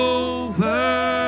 over